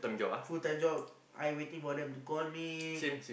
full time job I waiting for them to call me